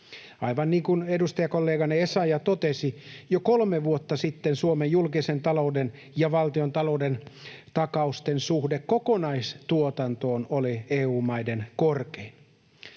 Aivan niin kuin edustajakollegani Essayah totesi, jo kolme vuotta sitten Suomen julkisen talouden ja valtiontalouden takausten suhde kokonaistuotantoon oli EU-maiden korkein.